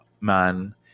man